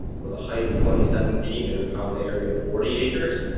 with a height of twenty seven feet and an impoundment area of forty acres.